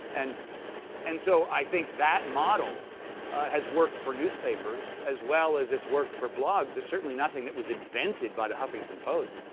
and and so i think that model has worked for newspapers, as well as it's worked for blogs, it's certainly nothing that was invented by the huffington post.